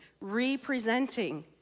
representing